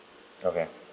okay